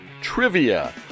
Trivia